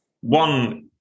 one